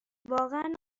واقعا